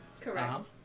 Correct